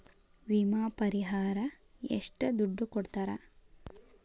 ವಿಮೆ ಪರಿಹಾರ ಎಷ್ಟ ದುಡ್ಡ ಕೊಡ್ತಾರ?